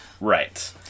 Right